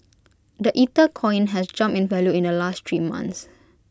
the Ethercoin has jumped in value in the last three months